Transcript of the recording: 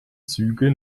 züge